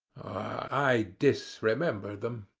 i disremember them,